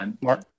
Mark